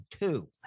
two